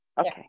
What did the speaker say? Okay